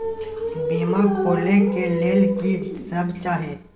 बीमा खोले के लेल की सब चाही?